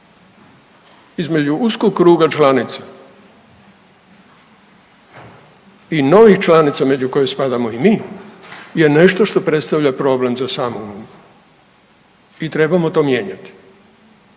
između uskog kruga članica i novih članica među koje spadamo i mi je nešto što predstavlja problem za samu uniju i trebamo to mijenjati.